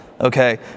Okay